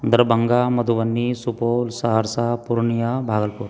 Darbhanga Madhubani Supaul Saharsa Purnia Bhagalpur